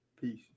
Peace